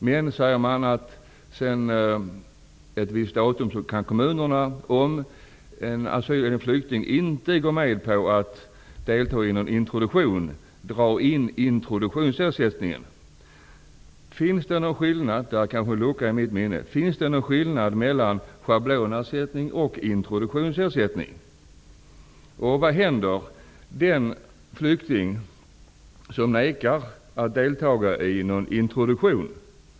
Men, säger man, efter ett visst datum kan kommunerna, om en asylsökande eller en flykting inte går med på att delta i någon introduktion, dra in introduktionsersättningen. Finns det någon skillnad -- där är kanske en lucka i mitt minne -- mellan schablonersättning och introduktionsersättning? Vad händer den flykting som nekar att delta i någon introduktion?